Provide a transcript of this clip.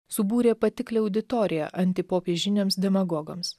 subūrė patiklią auditoriją antipopiežiniams demagogams